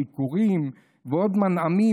ביקורים ועוד מנעמים,